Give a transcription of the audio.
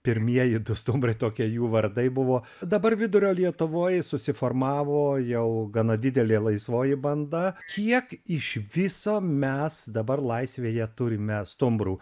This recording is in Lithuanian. pirmieji du stumbrai tokie jų vardai buvo dabar vidurio lietuvoj susiformavo jau gana didelė laisvoji banda kiek iš viso mes dabar laisvėje turime stumbrų